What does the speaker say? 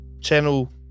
channel